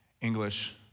English